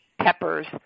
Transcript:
peppers